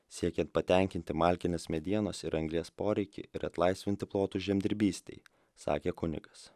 siekiant patenkinti malkinės medienos ir anglies poreikį ir atlaisvinti plotus žemdirbystei sakė kunigas